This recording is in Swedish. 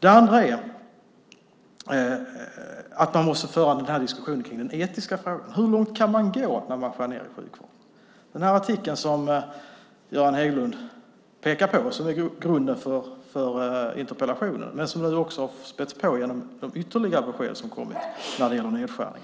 Det andra är att man måste föra diskussionen kring den etiska frågan: Hur långt kan man gå när man skär ned i sjukvården? Den artikel som Göran Hägglund pekar på, och som är grunden för interpellationen men som nu också spätts på genom de ytterligare besked som kommit om nedskärningar,